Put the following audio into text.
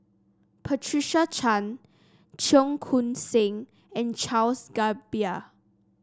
Patricia Chan Cheong Koon Seng and Charles Gamba